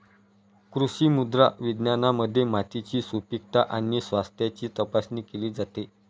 कृषी मृदा विज्ञानामध्ये मातीची सुपीकता आणि स्वास्थ्याची तपासणी केली जाते